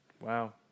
Wow